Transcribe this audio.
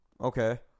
Okay